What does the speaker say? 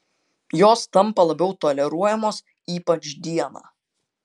jos tampa labiau toleruojamos ypač dieną